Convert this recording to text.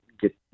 get